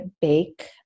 bake